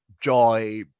Joy